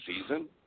season